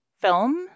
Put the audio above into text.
film